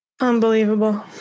Unbelievable